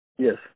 Yes